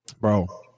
Bro